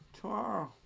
tomorrow